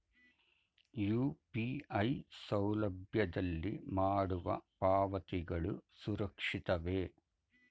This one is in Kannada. ಯು.ಪಿ.ಐ ಸೌಲಭ್ಯದಲ್ಲಿ ಮಾಡುವ ಪಾವತಿಗಳು ಸುರಕ್ಷಿತವೇ?